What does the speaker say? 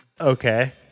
Okay